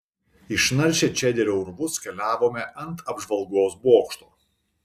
išnaršę čederio urvus keliavome ant apžvalgos bokšto